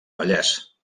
vallès